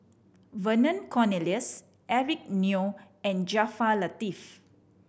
Vernon Cornelius Eric Neo and Jaafar Latiff